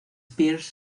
pierce